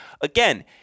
again